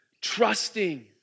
trusting